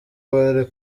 abari